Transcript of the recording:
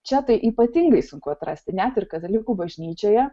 čia tai ypatingai sunku atrasti net ir katalikų bažnyčioje